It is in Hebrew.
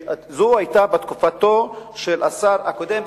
זה היה בתקופתו של השר הקודם,